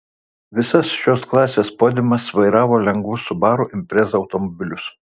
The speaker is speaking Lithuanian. visas šios klasės podiumas vairavo lengvus subaru impreza automobilius